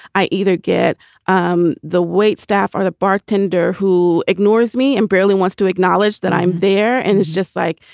i either get um the waitstaff or the bartender who ignores me and barely wants to acknowledge that i'm there. and it's just like,